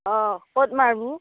অঁ ক'ত মাৰিব